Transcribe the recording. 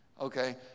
okay